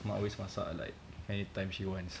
mak always masak like anytime she wants